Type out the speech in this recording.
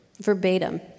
verbatim